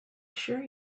sure